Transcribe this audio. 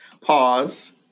pause